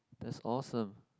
that's awesome